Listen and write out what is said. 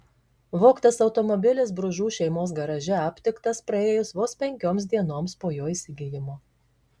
vogtas automobilis bružų šeimos garaže aptiktas praėjus vos penkioms dienoms po jo įsigijimo